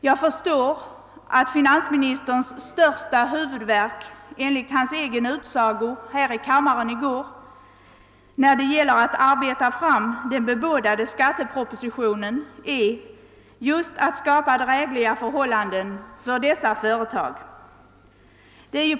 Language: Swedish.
Jag förstår väl att finansministerns värsta huvudvärk — enligt hans egen utsago här i kammaren i går — när det gäller att arbeta fram den bebådade skattepropositionen förorsakas av problemet att skapa drägligare förhållanden för dessa företag.